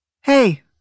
Hey